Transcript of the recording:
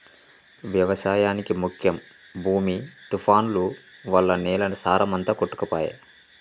వ్యవసాయానికి ముఖ్యం భూమి తుఫాన్లు వల్ల నేల సారం అంత కొట్టుకపాయె